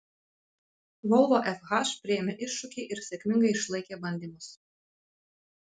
volvo fh priėmė iššūkį ir sėkmingai išlaikė bandymus